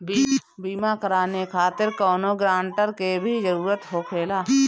बीमा कराने खातिर कौनो ग्रानटर के भी जरूरत होखे ला?